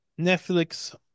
Netflix